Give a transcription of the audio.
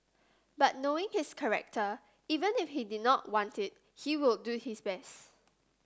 but knowing his character even if he did not want it he would do his best